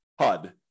HUD